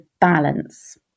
balance